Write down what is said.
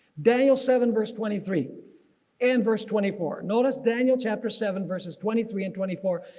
daniel seven verse twenty three and verse twenty four. notice daniel chapter seven versus twenty three and twenty four.